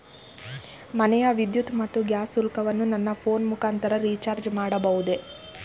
ಮನೆಯ ವಿದ್ಯುತ್ ಮತ್ತು ಗ್ಯಾಸ್ ಶುಲ್ಕವನ್ನು ನನ್ನ ಫೋನ್ ಮುಖಾಂತರ ರಿಚಾರ್ಜ್ ಮಾಡಬಹುದೇ?